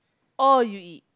all you eat